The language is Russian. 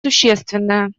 существенное